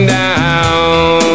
down